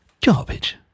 garbage